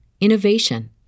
innovation